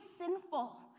sinful